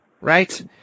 right